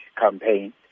campaign